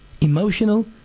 emotional